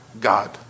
God